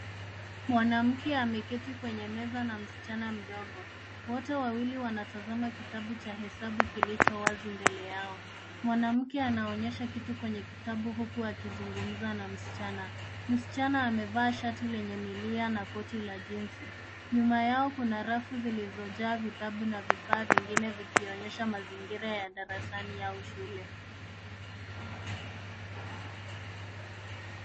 Mwanamke ameketi kwenye meza na msichana mdogo. Wote wawili wanatazama kitabu cha hesabu kilicho wazi mbele yao. Mwanamke anonyesha kitu kwenye kitabu huku akizungumza na msichana. Msichana amevaa shati lenye milia na koti la jinsi. Nyuma yao kuna rafu zilizojaa vitabu na vifaa vingine vikionyesha mazingira ya darasani au shule.